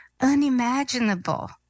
unimaginable